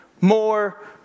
More